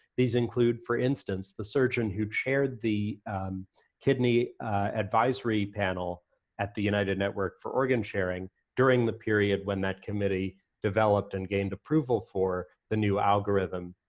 these include, for instance, the surgeon who shared the kidney advisory panel at the united network for organ sharing during the period when that committee developed and gained approval for the new algorithm.